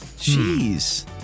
jeez